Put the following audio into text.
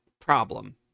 problem